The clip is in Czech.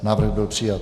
Návrh byl přijat.